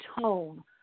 tone